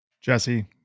Jesse